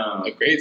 great